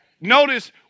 Notice